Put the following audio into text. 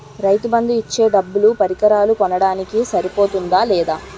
రైతు బందు ఇచ్చే డబ్బులు పరికరాలు కొనడానికి సరిపోతుందా లేదా?